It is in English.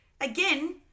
again